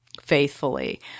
faithfully